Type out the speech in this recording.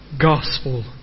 gospel